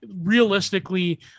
realistically